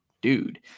dude